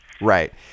Right